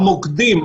המוקדים,